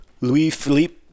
Louis-Philippe